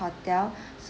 hotel